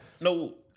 No